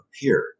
appeared